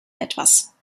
etwas